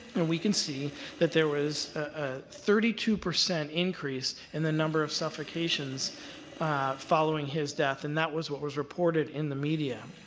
we can see that there was a thirty two percent increase in the number of suffocations following his death, and that was what was reported in the media.